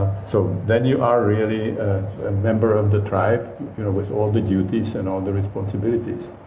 so then you are really a member of the tribe with all the duties and all the responsibility.